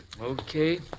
Okay